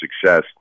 success